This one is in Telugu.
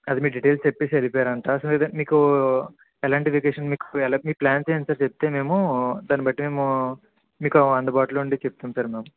అది మీ డీటైల్స్ చెప్పేసి వెళ్ళిపోయారంట సో ఇది మీకు ఎలాంటి వెకేషన్ మీకు ఎలా మీ ప్లాన్స్ ఏంటో చెప్తే మేము దాని బట్టి మేము మీకు అందుబాటులో ఉండేవి చెప్తాము సార్ మేము